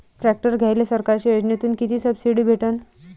Tractor घ्यायले सरकारच्या योजनेतून किती सबसिडी भेटन?